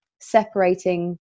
separating